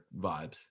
vibes